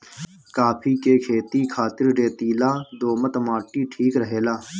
काफी के खेती खातिर रेतीला दोमट माटी ठीक रहेला